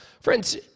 Friends